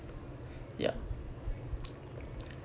ya